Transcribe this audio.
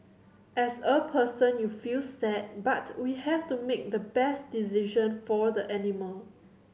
as a person you feel sad but we have to make the best decision for the animal